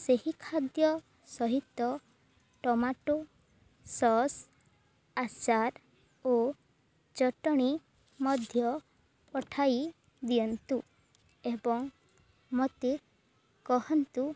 ସେହି ଖାଦ୍ୟ ସହିତ ଟମାଟୋ ସସ୍ ଆଚାର ଓ ଚଟଣି ମଧ୍ୟ ପଠାଇ ଦିଅନ୍ତୁ ଏବଂ ମୋତେ କହନ୍ତୁ